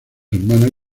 hermana